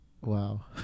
Wow